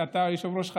אתה יושב-ראש חדש,